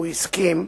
והוא הסכים,